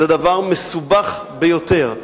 זה דבר מסובך ביותר,